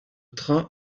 train